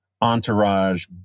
entourage